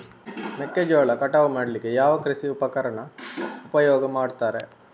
ಮೆಕ್ಕೆಜೋಳ ಕಟಾವು ಮಾಡ್ಲಿಕ್ಕೆ ಯಾವ ಕೃಷಿ ಉಪಕರಣ ಉಪಯೋಗ ಮಾಡ್ತಾರೆ?